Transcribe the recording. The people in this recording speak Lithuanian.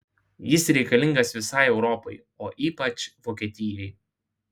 jis reikalingas visai europai o ypač vokietijai